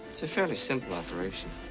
it's a fairly simple operation.